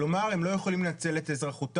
כלומר הם לא יכולים לנצל את אזרחותם.